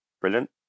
Brilliant